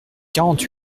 quarante